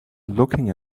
looking